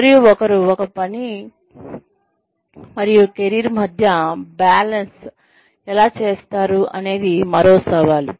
మరియు ఒకరు పని మరియు కెరీర్ మధ్య బ్యాలెన్స్ ఎలా చేస్తారు అనేది మరో సవాలు